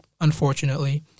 unfortunately